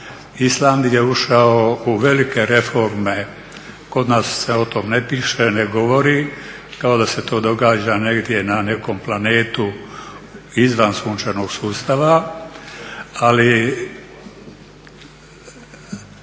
Island je ušao u velike reforme, kod nas se o tome ne piše, ne govori, kao da se to događa negdje na nekom planetu izvan sunčevog sustava. Ali